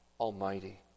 Almighty